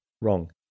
wrong